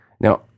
Now